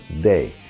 day